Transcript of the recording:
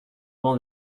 bancs